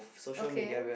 okay